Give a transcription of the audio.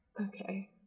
Okay